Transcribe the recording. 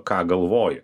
ką galvoji